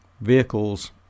vehicles